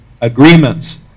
agreements